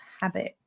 habits